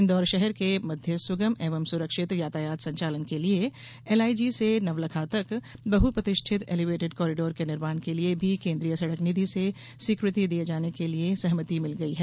इंदौर शहर के मध्य सुगम एवं सुरक्षित यातायात संचालन के लिये एलआईजी से नवलखा तक बहु प्रतीक्षित एलीवेटेड कॉरिडोर के निर्माण के लिये भी केन्द्रीय सड़क निधि से स्वीकृति दिये जाने के लिये सहमति मिल गई है